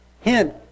Hint